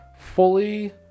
Fully